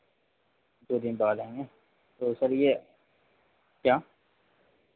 दो दिन बाद आएंगे तो सर ये क्या